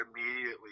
immediately